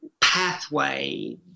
pathway